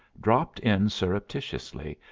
dropped in surreptitiously,